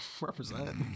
Represent